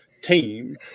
team